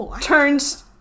turns